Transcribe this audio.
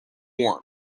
warm